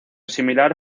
similar